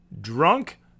drunk